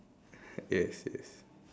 yes yes